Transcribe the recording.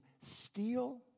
steal